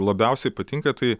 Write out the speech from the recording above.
labiausiai patinka tai